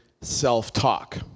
self-talk